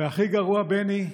הכי גרוע, בני,